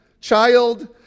child